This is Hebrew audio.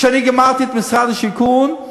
כשאני גמרתי במשרד הבריאות.